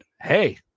hey